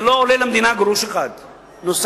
זה לא עולה למדינה גרוש אחד נוסף.